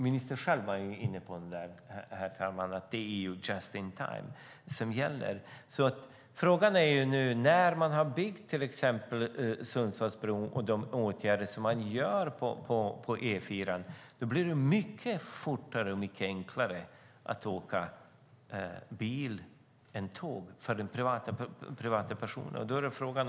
Men det är just-in-time som gäller. När man nu har byggt Sundsvallsbron blir det mycket enklare och mycket snabbare att åka bil än tåg för privatpersoner.